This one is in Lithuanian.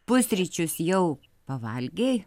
pusryčius jau pavalgei